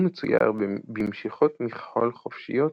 הוא מצויר במשיכות מכחול חופשיות,